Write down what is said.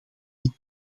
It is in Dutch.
dit